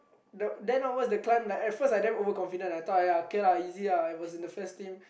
then onwards the climb at first I damn overconfident I thought !aiya! okay ah easy ah I was in the first team